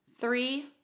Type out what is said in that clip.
three